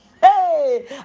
Hey